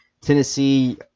Tennessee